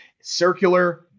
Circular